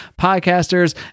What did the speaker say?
podcasters